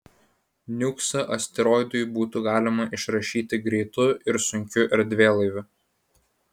niuksą asteroidui būtų galima išrašyti greitu ir sunkiu erdvėlaiviu